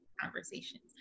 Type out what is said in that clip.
conversations